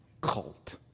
cult